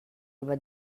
über